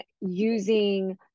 using